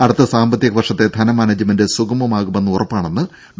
അടുത്ത സാമ്പത്തിക വർഷത്തെ ധന മാനേജ്മെന്റ് സുഗമമാകുമെന്ന് ഉറപ്പാണെന്ന് ഡോ